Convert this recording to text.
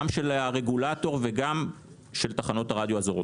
גם של הרגולטור וגם של תחנות הרדיו האזוריות.